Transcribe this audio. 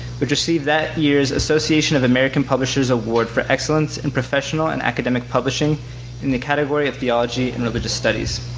which received that year's association of american publishers award for excellence in professional and academic publishing in the category of theology and religious studies.